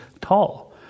tall